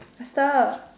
faster